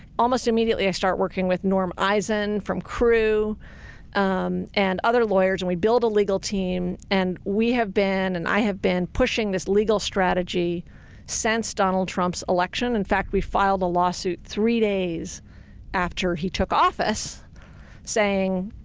almost immediately, i start working with norm eisen from crew um and other lawyers, and we build a legal team. and we have been, and i have been pushing this legal strategy since donald trump's election. in fact, we filed a lawsuit three days after he took office saying,